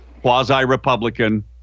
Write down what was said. Quasi-Republican